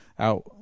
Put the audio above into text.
out